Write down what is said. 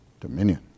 dominion